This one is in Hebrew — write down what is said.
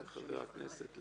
בוקר טוב לחבריי חברי הכנסת,